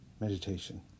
meditation